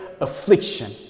affliction